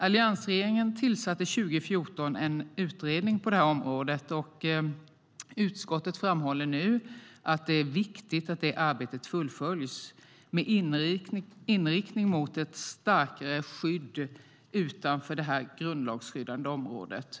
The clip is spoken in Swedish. Alliansregeringen tillsatte 2014 en utredning på det här området, och utskottet framhåller nu att det är viktigt att det arbetet fullföljs med inriktning mot ett starkare straffrättsligt skydd utanför det grundlagsskyddade området.